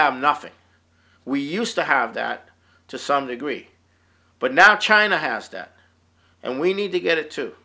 have nothing we used to have that to some degree but now china has that and we need to get it too